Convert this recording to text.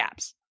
apps